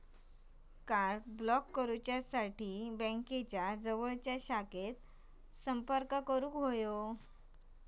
card block करुसाठी बँकेच्या जवळच्या शाखेत संपर्क करा